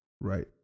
Right